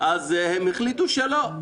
אז הם החליטו שלא.